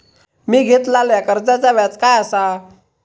मी घेतलाल्या कर्जाचा व्याज काय आसा?